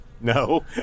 No